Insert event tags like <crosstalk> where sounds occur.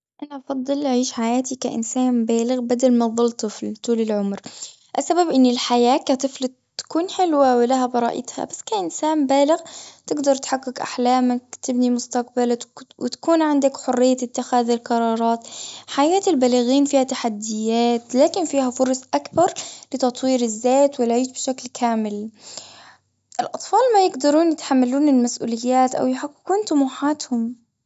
أنا أفضل عيش حياتي كإنسان بالغ، بدل ما ظل طفل طول العمر. السبب إن الحياة كطفل تكون حلوة، ولها براءتها. بس كإنسان بالغ تجدر تحقق أحلامك، <noise> تبني مستقبلك، <noise> و <hesitation> تكون عندك حرية اتخاذ القرارات. حياة البالغين فيها تحديات، لكن فيها فرص أكبر <noise> لتطوير الذات، والعيش بشكل كامل. <hesitation> الأطفال ما يقدرون يتحملون المسؤوليات، أو يحققون طموحاتهم.